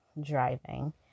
Driving